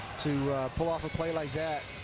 to pull off a play like that.